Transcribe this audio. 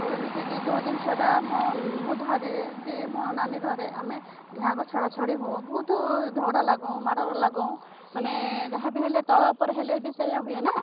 ଯେଉଁ ଏମିତିକି ଯେଉଁ ଜିନିଷଟା ମୁଁ ମୁଁ ଧରେ କି ମୋ ନାନୀ ଧରେ ଆମେ ଦୁଇ ହାଁକ ଛଡ଼ା ଛଡ଼ି ହଉ ବହୁତ ଝଗଡ଼ା ଲାଗୁ ମାଡ଼ଗୋଳ ଲାଗୁ ମାନେ ଯାହାବି ହେଲେ ତଳ ଉପର ହେଲେ ବି ସେଇୟା ହୁଏନା